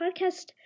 podcast